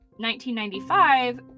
1995